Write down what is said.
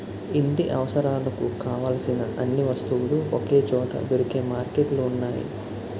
ఇంటి అవసరాలకు కావలసిన అన్ని వస్తువులు ఒకే చోట దొరికే మార్కెట్లు ఉన్నాయి